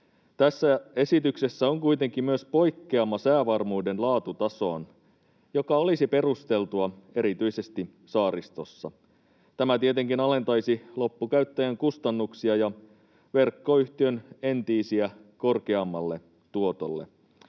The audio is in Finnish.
Tässä esityksessä on kuitenkin myös poikkeama säävarmuuden laatutasoon, joka olisi perusteltua erityisesti saaristossa. Tämä tietenkin alentaisi loppukäyttäjän kustannuksia ja verkkoyhtiön entiisiä korkeammalle tuotolle.